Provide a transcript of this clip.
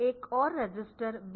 एक और register BX